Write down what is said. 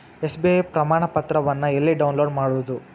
SBI ಪ್ರಮಾಣಪತ್ರವನ್ನ ಎಲ್ಲೆ download ಮಾಡೊದು?